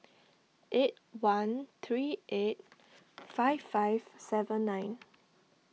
eight one three eight five five seven nine